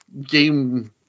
game